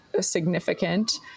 significant